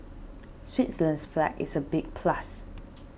Switzerland's flag is a big plus